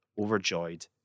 overjoyed